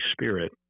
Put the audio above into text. Spirit